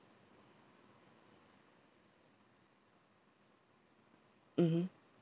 mmhmm